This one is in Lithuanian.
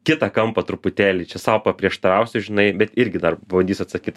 kitą kampą truputėlį čia sau paprieštarausiu žinai bet irgi dar pabandysiu atsakyt